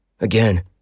Again